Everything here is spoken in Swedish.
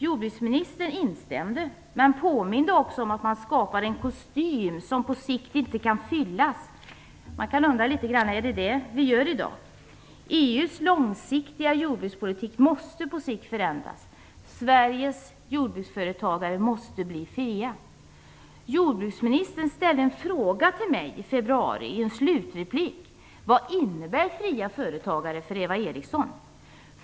Jordbruksministern instämde men påminde också om att man skapar en kostym som på sikt inte kan fyllas. Jag kan undra om det är det vi gör i dag. EU:s långsiktiga jordbrukspolitik måste på sikt förändras. Sveriges jordbruksföretagare måste bli fria. Jordbruksministern ställde en fråga till mig i en slutreplik i februari: Vad innebär "fria företagare" för Eva Eriksson?